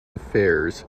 affairs